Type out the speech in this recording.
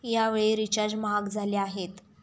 यावेळी रिचार्ज महाग झाले आहेत